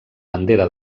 bandera